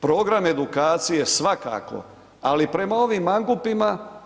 Program edukacije svakako ali prema ovim mangupima.